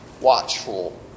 watchful